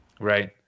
Right